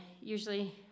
usually